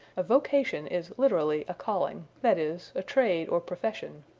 a vocation is, literally, a calling that is, a trade or profession.